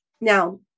Now